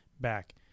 back